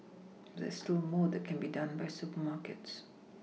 there is still more that can be done by supermarkets